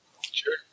sure